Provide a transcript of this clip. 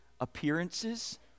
appearances